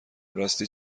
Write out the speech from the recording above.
راستی